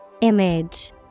Image